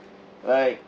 like